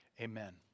Amen